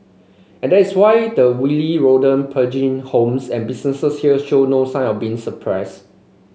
and that is why the wily rodent plaguing homes and businesses here show no sign of being suppressed